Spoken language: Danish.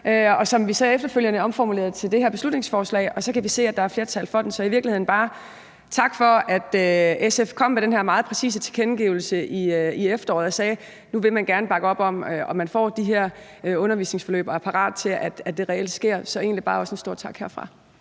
men efterfølgende omformulerede vi den til det her beslutningsforslag, og så kan vi se, at der er flertal for den. Så jeg vil i virkeligheden bare sige tak for, at SF kom med den her meget præcise tilkendegivelse i efteråret og sagde, at nu ville de gerne bakke op om, at man fik de her undervisningsforløb, og var parat til, at det reelt skete. Så der skal egentlig bare også lyde en stor tak herfra.